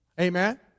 Amen